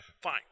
fine